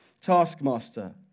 taskmaster